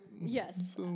Yes